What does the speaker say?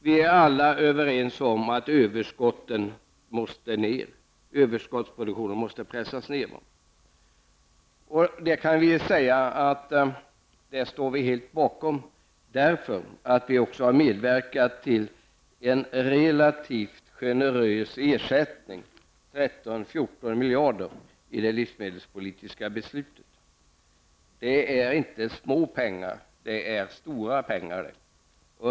Vi är alla överens om att överskottsproduktionen måste pressas ner. Vi kan säga att vi helt står bakom det, eftersom vi också har medverkat till en relativt generös ersättning på Det är inte små pengar, det är stora pengar.